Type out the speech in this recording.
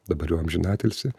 dabar jau amžinatilsį